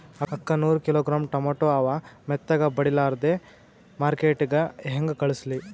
ಅಕ್ಕಾ ನೂರ kilogram tomato ಅವ, ಮೆತ್ತಗಬಡಿಲಾರ್ದೆ ಮಾರ್ಕಿಟಗೆ ಹೆಂಗ ಕಳಸಲಿ?